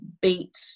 beat